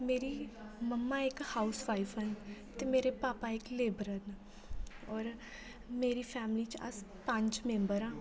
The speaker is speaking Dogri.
मेरी मम्मा इक हाउसवाइफ न ते मेरे पापा इक लेबरर न होर मेरी फैमिली च अस पंज मैम्बर आं